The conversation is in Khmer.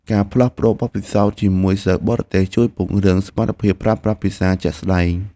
ការផ្លាស់ប្តូរបទពិសោធន៍ជាមួយសិស្សបរទេសជួយពង្រឹងសមត្ថភាពប្រើប្រាស់ភាសាជាក់ស្តែង។